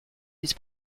his